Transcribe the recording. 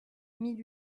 mille